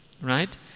Right